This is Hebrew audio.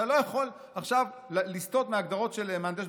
אתה לא יכול עכשיו לסטות מההגדרות של מהנדס בטיחות.